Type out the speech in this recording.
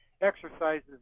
exercises